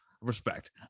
Respect